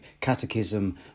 catechism